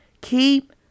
Keep